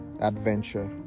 adventure